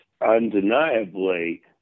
undeniably